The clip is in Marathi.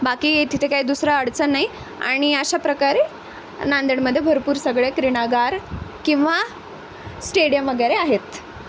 बाकी तिथे काही दुसरा अडचण नाही आणि अशा प्रकारे नांदेडमध्ये भरपूर सगळे क्रीडागार किंवा स्टेडियम वगैरे आहेत